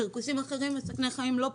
פרכוסים אחרים מסכני חיים לא פחות,